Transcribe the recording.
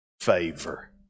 favor